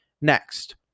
Next